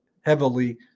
heavily